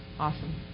Awesome